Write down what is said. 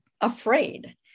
afraid